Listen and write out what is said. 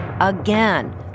Again